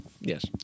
Yes